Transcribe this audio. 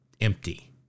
empty